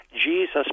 jesus